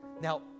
Now